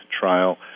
trial